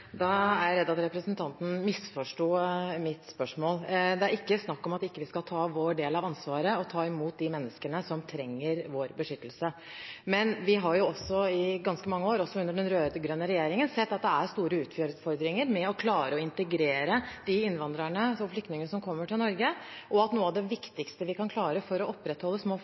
Da er jeg redd at representanten misforsto mitt spørsmål. Det er ikke snakk om at vi ikke skal ta vår del av ansvaret og ta imot de menneskene som trenger vår beskyttelse. Men vi har i ganske mange år, også under den rød-grønne regjeringen, sett at det er store utfordringer med å klare å integrere de innvandrerne og flyktningene som kommer til Norge, og at noe av det viktigste vi kan gjøre for å opprettholde små